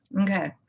okay